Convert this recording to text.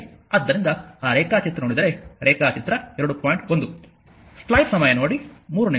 ಆದ್ದರಿಂದ ಆದ್ದರಿಂದ ಆ ರೇಖಾಚಿತ್ರ ನೋಡಿದರೆ ರೇಖಾಚಿತ್ರ 2